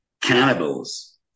cannibals